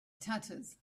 tatters